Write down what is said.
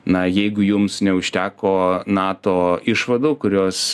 na jeigu jums neužteko nato išvadų kurios